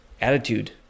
attitude